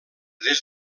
des